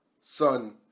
son